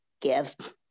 gift